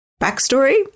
backstory